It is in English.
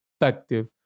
effective